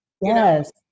Yes